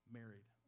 married